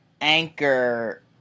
anchor